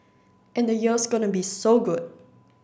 and the year's gonna be so good